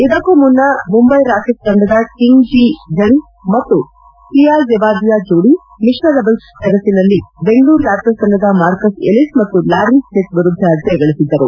ಇದಕ್ಕೂ ಮುನ್ನ ಮುಂಬೈ ರಾಕೆಟ್ಸ್ ತಂಡದದ ಕಿಂಗ್ ಗಿ ಜಂಗ್ ಮತ್ತು ಪಿಯಾ ಝೆಬಾದಿಯಾ ಜೋಡಿ ಮಿಶ್ರ ಡಬಲ್ಪ್ ಸೆಣಸಿನಲ್ಲಿ ಬೆಂಗಳೂರು ರ್ಯಾಪ್ಟರ್ಪ್ ತಂಡದ ಮಾರ್ಕಸ್ ಎಲಿಸ್ ಮತ್ತು ಲಾರೆನ್ ಸ್ಕಿತ್ ವಿರುದ್ದ ಜಯಗಳಿಸಿದ್ದರು